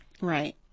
Right